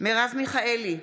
מרב מיכאלי,